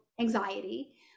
anxiety